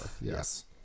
Yes